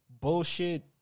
bullshit